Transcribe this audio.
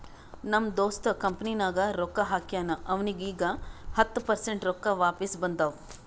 ನಮ್ ದೋಸ್ತ್ ಕಂಪನಿನಾಗ್ ರೊಕ್ಕಾ ಹಾಕ್ಯಾನ್ ಅವ್ನಿಗ ಈಗ್ ಹತ್ತ ಪರ್ಸೆಂಟ್ ರೊಕ್ಕಾ ವಾಪಿಸ್ ಬಂದಾವ್